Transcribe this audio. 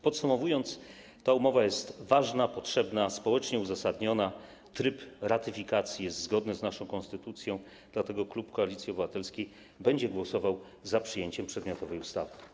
Podsumowując, ta umowa jest ważna, potrzebna, społecznie uzasadniona, tryb ratyfikacji jest zgodny z naszą konstytucją, dlatego klub Koalicji Obywatelskiej będzie głosował za przyjęciem przedmiotowej ustawy.